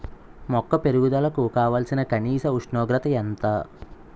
మొక్క పెరుగుదలకు కావాల్సిన కనీస ఉష్ణోగ్రత ఎంత?